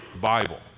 Bible